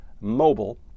mobile